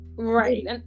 right